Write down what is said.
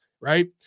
right